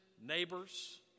neighbors